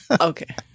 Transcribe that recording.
Okay